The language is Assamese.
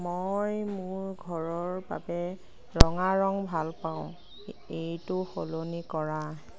মই মোৰ ঘৰৰ বাবে ৰঙা ৰং ভাল পাওঁ এইটো সলনি কৰা